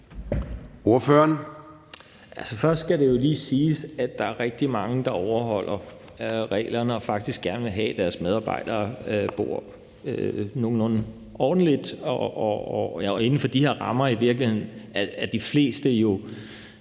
Først skal det lige siges, at der er rigtig mange, der overholder reglerne og faktisk gerne vil have, at deres medarbejdere bor nogenlunde ordentligt. Og inden for de her rammer anerkender de fleste jo